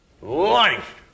life